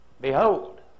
Behold